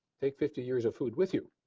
take fifty years of food with you.